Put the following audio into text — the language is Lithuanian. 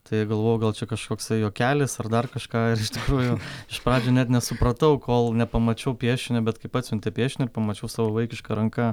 tai galvojau gal čia kažkoksai juokelis ar dar kažką ir iš tikrųjų iš pradžių net nesupratau kol nepamačiau piešinio bet kaip atsiuntė piešinį ir pamačiau savo vaikiška ranka